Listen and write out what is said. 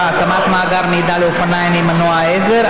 (הקמת מאגר מידע לאופניים עם מנוע עזר),